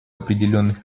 определенных